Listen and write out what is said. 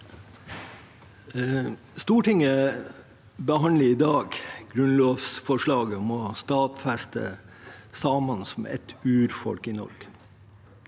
Stortinget behandler i dag grunnlovsforslaget om å stadfeste samene som et urfolk i Norge.